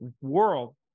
world